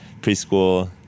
preschool